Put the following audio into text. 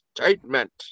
statement